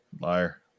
Liar